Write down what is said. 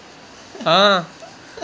हां